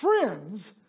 friends